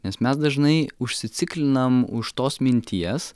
nes mes dažnai užsiciklinam už tos minties